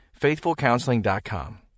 FaithfulCounseling.com